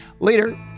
Later